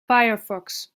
firefox